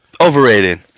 Overrated